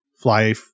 fly